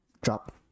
drop